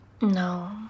No